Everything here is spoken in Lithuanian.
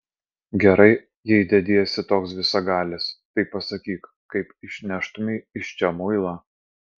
gerai jei dediesi toks visagalis tai pasakyk kaip išneštumei iš čia muilą